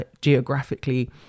geographically